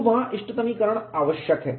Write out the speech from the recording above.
तो वहाँ इष्टतमीकरण आवश्यक है